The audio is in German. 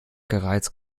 gereizt